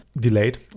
Delayed